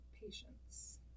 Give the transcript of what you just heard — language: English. patience